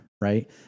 right